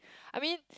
I mean